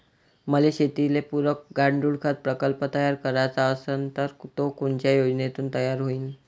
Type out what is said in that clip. मले शेतीले पुरक गांडूळखत प्रकल्प तयार करायचा असन तर तो कोनच्या योजनेतून तयार होईन?